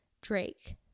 Drake